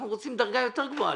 אנחנו רוצים דרגה יותר גבוהה.